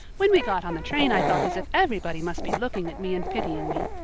when we got on the train i felt as if everybody must be looking at me and pitying me.